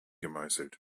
gemeißelt